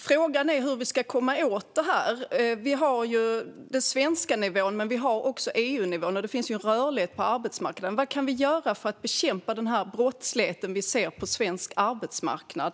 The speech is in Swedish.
Frågan är hur vi ska komma åt detta. Vi har den svenska nivån men också EU-nivån, och det finns en rörlighet på arbetsmarknaden. Vad kan vi göra för att bekämpa den brottslighet vi ser på svensk arbetsmarknad?